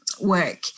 work